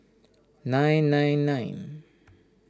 nine nine nine